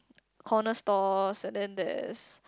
corner's stores and then there is